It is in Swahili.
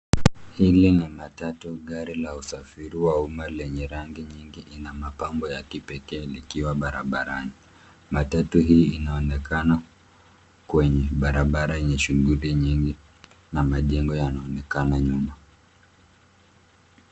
Hili ni matatu gari la usafiri wa uma lenye rangi nyingi lina mapambo ya kipekee likiwa barabarani . Matatu hii inaonekana kwenye barabara yenye shughuli nyingi na majengo yanaonekana nyuma.